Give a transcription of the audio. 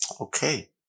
Okay